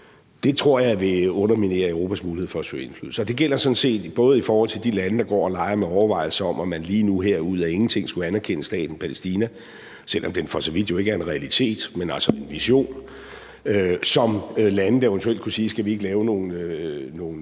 Det tror jeg vil underminere Europas mulighed for at søge indflydelse, og det gælder sådan set både i forhold til de lande, der går og leger med overvejelser om, om man lige nu og her ud af ingenting skulle anerkende staten Palæstina, selv om den jo for så vidt ikke er en realitet, men en vision, og i forhold til de lande, der eventuelt kunne sige: Skal vi ikke indføre